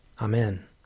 Amen